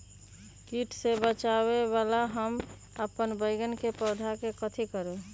किट से बचावला हम अपन बैंगन के पौधा के कथी करू?